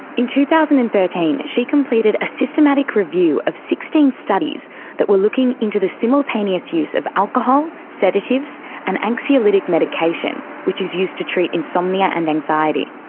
thousand and thirteen she completed a systematic review of sixteen studies that were looking into the simultaneous use of alcohol, sedatives and anxiolytic medication, which is used to treat insomnia and anxiety.